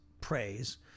praise